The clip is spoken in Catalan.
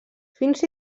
fins